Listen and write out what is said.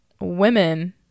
women